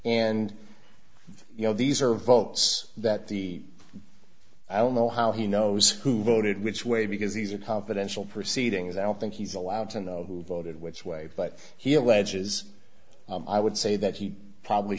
and you know these are votes that the i don't know how he knows who voted which way because these are confidential proceedings i don't think he's allowed to know who voted which way but he alleges i would say that he probably